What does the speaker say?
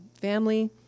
family